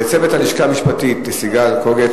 ולצוות הלשכה המשפטית, לסיגל קוגוט.